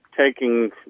taking